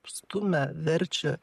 stumia verčia